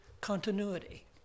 continuity